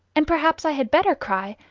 and perhaps i had better cry,